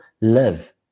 live